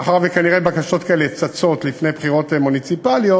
מאחר שכנראה בקשות כאלה צצות לפני בחירות מוניציפליות,